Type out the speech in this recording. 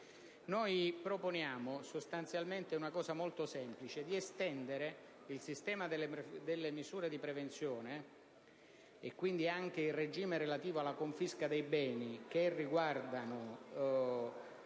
noi proponiamo una cosa molto semplice: estendere il sistema delle misure di prevenzione e, quindi, il regime relativo alla confisca dei beni che riguardano